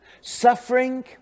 suffering